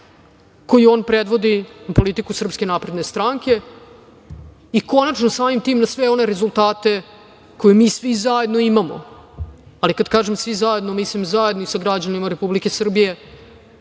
koju on predvodi, na politiku SNS, i konačno samim tim na sve one rezultate koje mi svi zajedno imamo. Ali, kada kažem svi zajedno, mislim zajedno i sa građanima Republike Srbije